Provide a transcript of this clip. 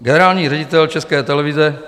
Generální ředitel České televize...